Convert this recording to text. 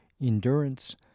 endurance